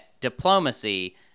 diplomacy